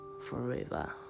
forever